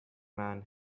man